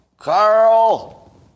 Carl